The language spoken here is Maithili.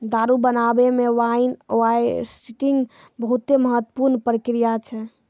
दारु बनाबै मे वाइन हार्वेस्टिंग बहुते महत्वपूर्ण प्रक्रिया छै